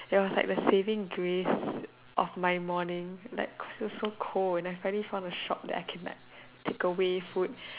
it was like the saving grace of my morning like so so cold then suddenly found a shop that I can like takeaway food